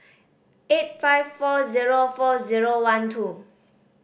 eight five four zero four zero one two